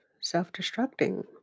self-destructing